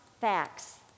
facts